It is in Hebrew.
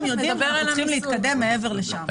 יודעים שאנחנו צריכים להתקדם מעבר לשם.